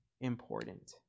important